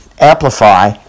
amplify